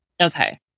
Okay